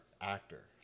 actor